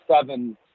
seven